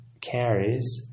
carries